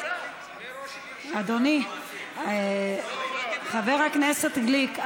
אדוני חבר הכנסת גליק,